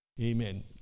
amen